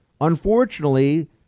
unfortunately